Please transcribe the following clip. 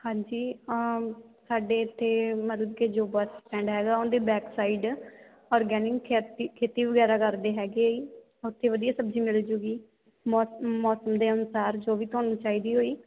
ਹਾਂਜੀ ਸਾਡੇ ਇੱਥੇ ਮਤਲਬ ਕਿ ਜੋ ਬਸ ਸਟੈਂਡ ਹੈਗਾ ਉਹਦੀ ਬੈਕ ਸਾਈਡ ਔਰਗੈਨਿਕ ਖੈਤੀ ਖੇਤੀ ਵਗੈਰਾ ਕਰਦੇ ਹੈਗੇ ਆ ਜੀ ਉੱਥੇ ਵਧੀਆ ਸਬਜ਼ੀ ਮਿਲ ਜਾਊਗੀ ਮੌਸ ਮੌਸਮ ਦੇ ਅਨੁਸਾਰ ਜੋ ਵੀ ਤੁਹਾਨੂੰ ਚਾਹੀਦੀ ਹੋਈ